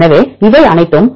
எனவே இவை அனைத்தும்